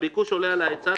הביקוש עולה על ההיצע,